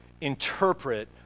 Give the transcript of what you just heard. interpret